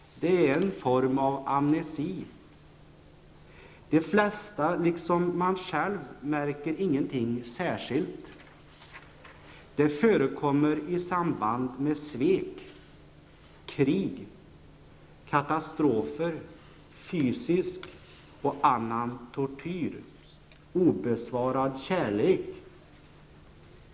Det är en form av amnesi. De flesta, liksom man själv, märker ingenting särskilt. Det förekommer i samband med svek, krig, katastrofer, fysisk och annan tortyr, obesvarad kärlek.